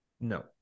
No